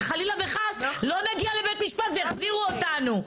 שחלילה וחס לא נגיע לבית משפט ויחזירו אותנו.